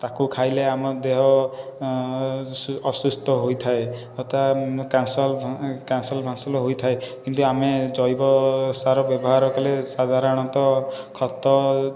ତାକୁ ଖାଇଲେ ଆମ ଦେହ ଅସୁସ୍ଥ ହୋଇଥାଏ ତଥା କ୍ୟାନସର ଫାନସର ହୋଇଥାଏ କିନ୍ତୁ ଆମେ ଜୈବସାର ବ୍ୟବହାର କଲେ ସାଧାରଣତଃ ଖତ